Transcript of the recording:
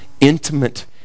intimate